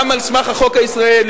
גם על סמך החוק הישראלי,